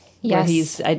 Yes